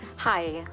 Hi